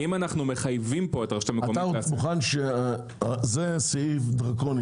זה סעיף דרקוני,